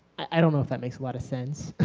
i don't know if that makes a lot of sense